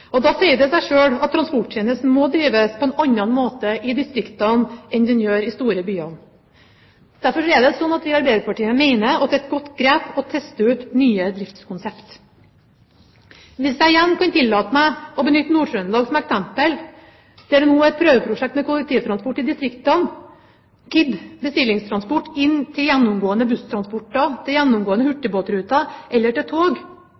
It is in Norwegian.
avstander. Da sier det seg selv at man må drive transporttjenesten på en annen måte i distriktene enn i de store byene. Derfor er det sånn at vi i Arbeiderpartiet mener det er et godt grep å teste ut nye driftskonsepter. Hvis jeg igjen kan tillate meg å benytte Nord-Trøndelag som eksempel, vil jeg vise til at det der er et prøveprosjekt med kollektivtransport i distriktene, KID bestillingstransport, inn til gjennomgående busstransporter, til gjennomgående hurtigbåtruter eller til tog,